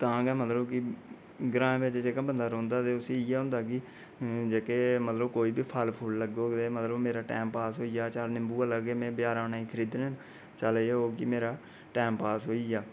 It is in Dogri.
तां गै मतलब कि ग्रां बिच जेहका बंदा रौंह्दा ते उसी इ'यै होंदा कि जेह्के मतलब कोई बी फल फुल लग्गै ते मेरा टाइम पास होई जाह्ग ते निंबू गै लगगन ते में बजारा नेईं खरिदने चल एह् होग कि मेरा टाइम पास होई जाह्ग